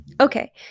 Okay